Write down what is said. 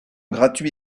gratuits